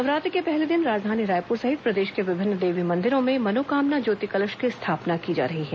नवरात्र के पहले दिन राजधानी रायपुर सहित प्रदेश के विभिन्न देवी मंदिरों में मनोकामना ज्योति कलश की स्थापना की जा रही है